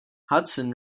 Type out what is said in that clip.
hudson